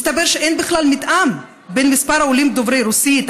מסתבר שאין בכלל מתאם בין מספר העולים דוברי רוסית,